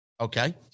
Okay